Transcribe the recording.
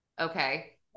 okay